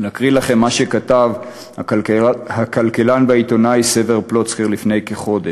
להקריא לכם מה שכתב הכלכלן והעיתונאי סבר פלוצקר לפני כחודש,